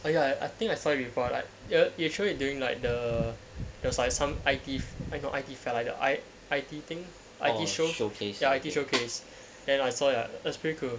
I I think I saw before like you you throw it during like the those like some eye teeth I got it felt like the I I think I_T show showcase your I_T showcase and I saw your a spiritual